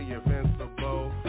invincible